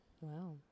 Wow